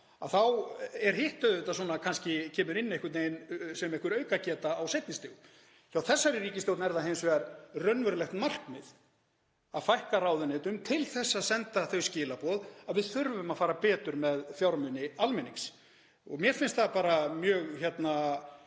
með því að fjölga þá kemur hitt einhvern veginn sem einhver aukageta á seinni stigum. Hjá þessari ríkisstjórn er það hins vegar raunverulegt markmið að fækka ráðuneytum til að senda þau skilaboð að við þurfum að fara betur með fjármuni almennings. Mér finnst það bara mjög gott